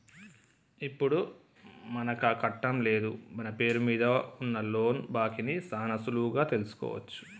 ఇప్పుడు మనకాకట్టం లేదు మన పేరు మీద ఉన్న లోను బాకీ ని సాన సులువుగా తెలుసుకోవచ్చు